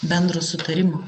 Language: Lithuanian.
bendro sutarimo